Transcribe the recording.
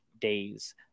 days